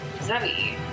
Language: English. Zebby